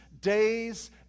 days